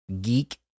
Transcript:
Geek